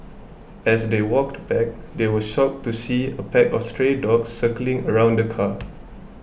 as they walked back they were shocked to see a pack of stray dogs circling around the car